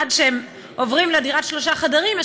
עד שהם עוברים לדירת שלושה חדרים יש